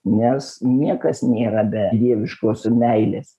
nes niekas nėra be dieviškos meilės